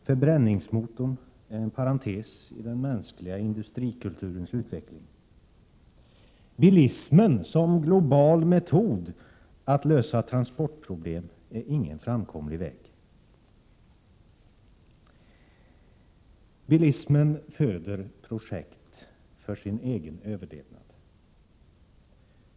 Förbränningsmotorn är en parentes i den mänskliga industrikulturens utveckling. Bilismen som global metod att lösa transportproblem är ingen framkomlig väg. Bilismen föder projekt för sin egen överlevnad.